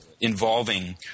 involving